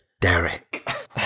Derek